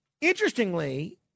interestingly